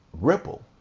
Ripple